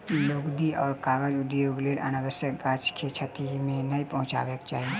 लुगदी आ कागज उद्योगक लेल अनावश्यक गाछ के क्षति नै पहुँचयबाक चाही